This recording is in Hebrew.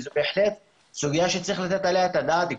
וזו סוגיה שבהחלט צריך לתת עליה את הדעת כבר.